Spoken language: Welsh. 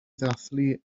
ddathlu